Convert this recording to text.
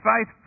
faith